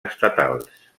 estatals